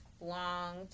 long